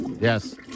Yes